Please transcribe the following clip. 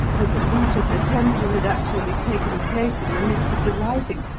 for the loot of the temple had actually taken place in the midst of the rising,